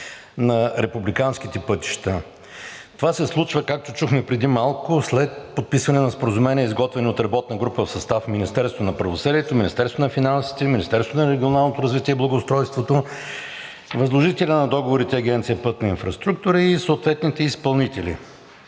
на републиканските пътища. Това се случва, както чухме преди малко, след подписване на споразумения, изготвени от работна група в състав: Министерството на правосъдието, Министерството на финансите, Министерството на регионалното развитие и благоустройството, възложителят на договорите – Агенция „Пътна инфраструктура, и съответните изпълнители.